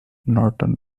norton